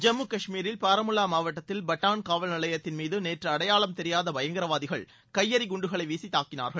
ஜம்மு காஷ்மீரில் பராமுவா மாவட்டத்தில் பட்டான் காவல்நிலையத்தின் மீது நேற்று அடையாளம் தெரியாத பயங்கரவாதிகள் கையெறிகுண்டுகளை வீசி தாக்கினார்கள்